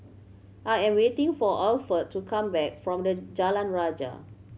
I am waiting for Alford to come back from the Jalan Rajah